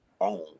own